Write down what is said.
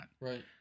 Right